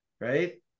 right